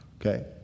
okay